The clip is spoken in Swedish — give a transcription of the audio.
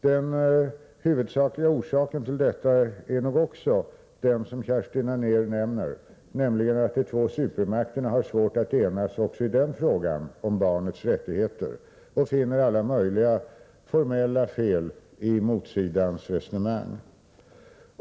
Den huvudsakliga orsaken till detta är nog den som Kerstin Anér nämner, nämligen att de två supermakterna har svårt att enas också i den frågan — de finner därvid alla möjliga fel på motsidans resonemang.